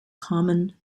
common